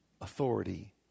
authority